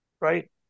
right